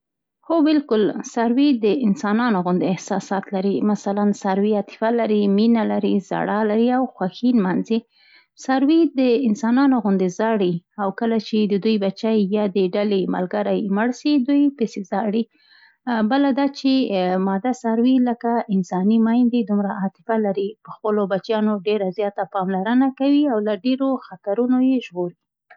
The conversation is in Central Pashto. هو بالکل؛ څاوري د انسانانو غوندې احساسات لري، مثلآ څاروي عاطفه لري، مینه لري، زړا لري او خوښي نمانځي. څاروي د انسانانو غوندې زاړي او کله چي د دوی بچی یا د ډلې ملګری مړ سي دوی پسې زاړي. بله دا چي ماده څاروۍ، لکه انساني مېندۍ دومره عاطفه لري، په خپلو بچیانو ډېره زیاته پاملرنه کوي او له ډېرو خطرنو یې ژغوري.